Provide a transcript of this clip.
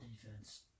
defense